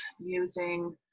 using